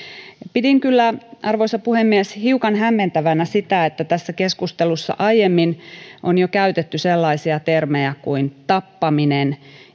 pidin kyllä arvoisa puhemies hiukan hämmentävänä sitä että tässä keskustelussa aiemmin on jo käytetty sellaisia termejä kuin tappaminen